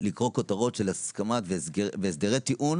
לקרוא כותרות של הסכמות והסדרי טיעון